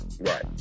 Right